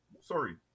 sorry